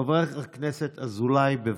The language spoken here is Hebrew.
חבר הכנסת אזולאי, בבקשה.